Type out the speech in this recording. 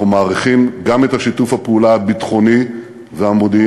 אנחנו מעריכים גם את שיתוף הפעולה הביטחוני והמודיעיני,